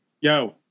Yo